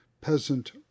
peasant